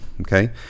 Okay